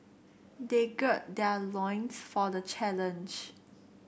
they gird their loins for the challenge